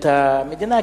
את המדינה,